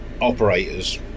operators